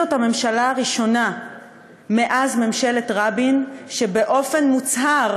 זאת הממשלה הראשונה מאז ממשלת רבין שבאופן מוצהר